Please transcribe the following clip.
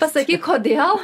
pasakyk kodėl